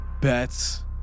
bets